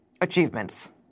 achievements